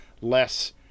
less